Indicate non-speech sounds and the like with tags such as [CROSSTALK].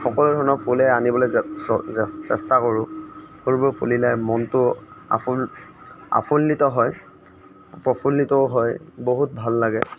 সকলো ধৰণৰ ফুলেই আনিবলে য'ত [UNINTELLIGIBLE] চেষ্টা কৰোঁ ফুলবোৰ ফুলিলে মনটো আফুল আফুল্লিত হয় প্ৰফুল্লিতও হয় বহুত ভাল লাগে